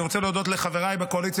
אני רוצה להודות לחבריי בקואליציה